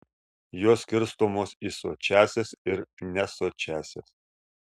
jos skirstomos į sočiąsias ir nesočiąsias